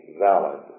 valid